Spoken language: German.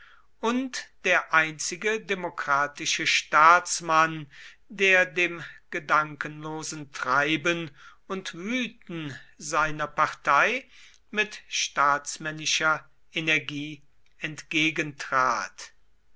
und der einzige demokratische staatsmann der dem gedankenlosen treiben und wüten seiner partei mit staatsmännischer energie